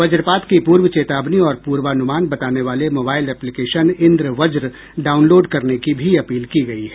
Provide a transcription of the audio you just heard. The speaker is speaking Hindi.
वज्रपात की पूर्व चेतावनी और पूर्वानुमान बताने वाले मोबाइल एप्लीकेशन इन्द्रवज्ञ डाउनलोड करने की भी अपील की गयी है